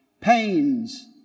pains